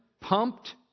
Pumped